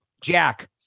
Jack